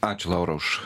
ačiū laura už